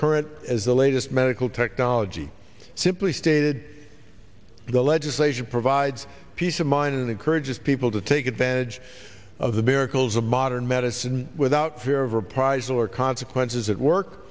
current as the latest medical technology simply stated the legislation provides peace of mind and encourages people to take advantage of the miracles of modern medicine without fear of reprisal or consequences at work